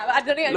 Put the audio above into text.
אדוני, ברשותך.